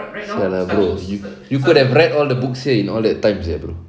[sial] lah bro you could have read all the books seh in all that time sia bro